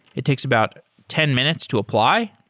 it takes about ten minutes to apply.